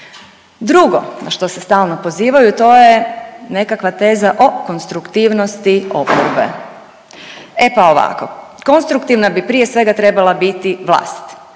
Drugo, a što se stalno pozivaju, a to je nekakva teza o konstruktivnosti oporbe. E pa ovako. Konstruktivna bi, prije svega, trebala biti vlast